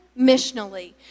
missionally